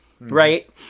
right